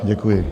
Děkuji.